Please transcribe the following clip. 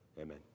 amen